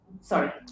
sorry